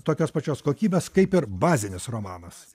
tokios pačios kokybės kaip ir bazinis romanas